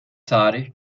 tarih